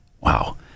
Wow